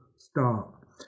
start